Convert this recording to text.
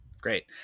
Great